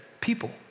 people